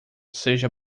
seja